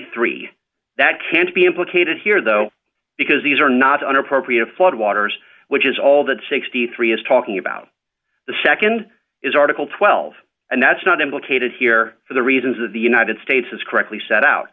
three that can't be implicated here though because these are not an appropriate flood waters which is all that sixty three dollars is talking about the nd is article twelve and that's not implicated here for the reasons that the united states has correctly set out